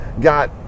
got